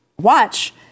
watch